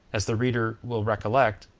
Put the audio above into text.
as the reader will recollect,